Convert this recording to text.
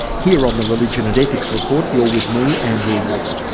here on the religion and ethics report you're with me, andrew west